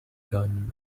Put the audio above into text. gun